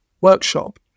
workshop